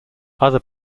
other